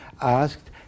asked